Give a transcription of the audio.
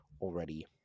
already